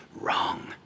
wrong